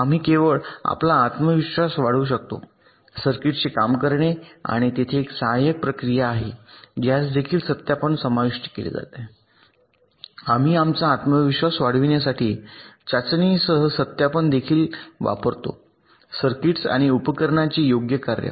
आम्ही केवळ आपला आत्मविश्वास वाढवू शकतो सर्किटचे काम करणे आणि तेथे एक सहाय्यक प्रक्रिया आहे ज्यास देखील सत्यापन समाविष्ट केले जाते आम्ही आमचा आत्मविश्वास वाढविण्यासाठी चाचणीसह सत्यापन देखील वापरतो सर्किट्स आणि उपकरणांचे योग्य कार्य